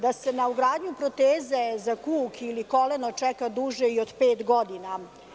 Da se na ugradnju proteze za kuk ili koleno čeka duže i od pet godina.